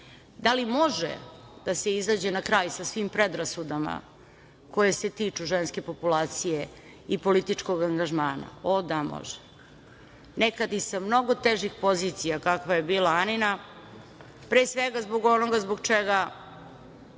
Da li može da se izađe na kraj sa svim predrasudama koje se tiču ženske populacije i političkog angažmana? 0, da, može. Nekad i sa mnogo težih pozicija, kakva je bila Anina, pre svega zbog onoga zbog čega